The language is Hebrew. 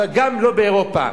אבל גם לא באירופה.